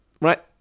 Right